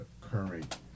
current